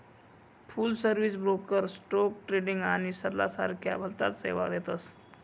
फुल service broker stock trading आणि सल्ला सारख्या भलताच सेवा देतस